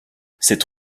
cette